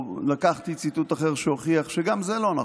או לקחתי ציטוט אחר שהוכיח שגם זה לא נכון.